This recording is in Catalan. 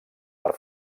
per